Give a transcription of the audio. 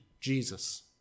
Jesus